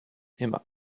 aima